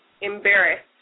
embarrassed